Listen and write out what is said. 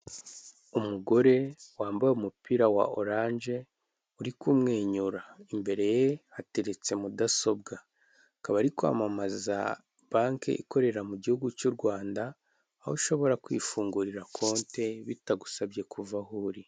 Umugore wambaye umupira wa oranje uri kumwenyura, imbere ye hateretse mudasobwa akaba ari kwamamaza banki ikorera mu gihugu cy'u Rwanda, aho ushobora kwifungurira konte bitagusabye kuva aho uri.